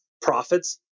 profits